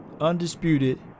Undisputed